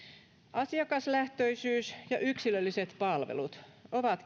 asiakaslähtöisyys ja yksilölliset palvelut ovat